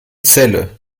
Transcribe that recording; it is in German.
celle